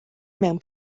mewn